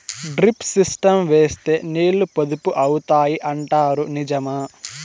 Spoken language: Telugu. డ్రిప్ సిస్టం వేస్తే నీళ్లు పొదుపు అవుతాయి అంటారు నిజమా?